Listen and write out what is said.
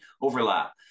overlap